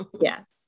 yes